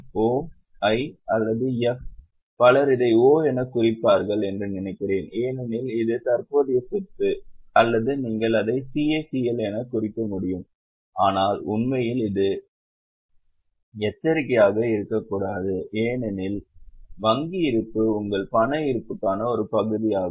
O I அல்லது F பலர் இதை O எனக் குறித்திருப்பார்கள் என்று நினைக்கிறேன் ஏனெனில் இது தற்போதைய சொத்து அல்லது நீங்கள் அதை CACL என்று குறிக்க முடியும் ஆனால் உண்மையில் இது எச்சரிக்கை ஏனெனில் வங்கி இருப்பு உங்கள் பண இருப்புக்கான ஒரு பகுதியாகும்